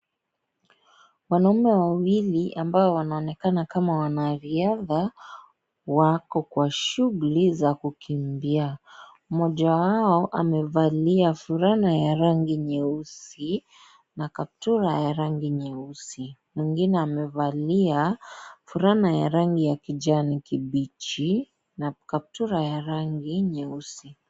Wanaume wawili ambao wanaonekana kama wanariadha, wako kwa shuguli za kukimbia. Mmoja wao amevalia fulana ya rangi nyeusi na kaptura ya rangi nyeusi. Mwengine amevalia fulana ya rangi ya kijani kibichi na kaptura ya rangi nyeusi.